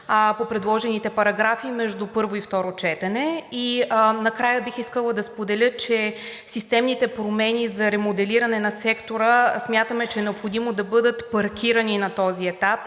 по предложените параграфи между първо и второ четене. И накрая бих искала да споделя, че системните промени за ремоделиране на сектора смятаме, че е необходимо да бъдат паркирани на този етап